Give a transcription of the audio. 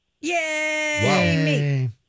Yay